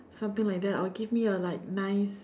something like that or give me a like nice